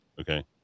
okay